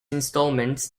installments